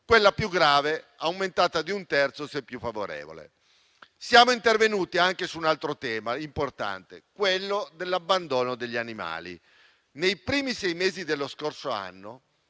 quella più grave aumentata di un terzo se più favorevole. Siamo intervenuti anche su un altro tema importante, quello dell'abbandono degli animali. Nei primi sei mesi dello scorso anno,